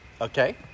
Okay